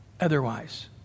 otherwise